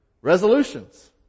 Resolutions